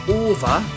over